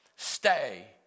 Stay